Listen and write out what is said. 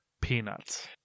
peanuts